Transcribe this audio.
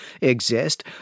exist